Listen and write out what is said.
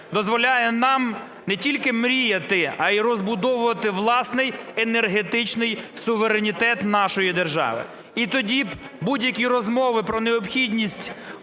дозволяє нам не тільки мріяти, але і розбудовувати власний енергетичний суверенітет нашої держави. І тоді будь-які розмови про необхідність